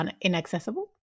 inaccessible